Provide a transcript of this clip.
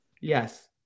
Yes